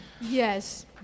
Yes